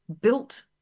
built